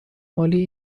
مالی